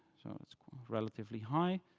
so it's relatively high.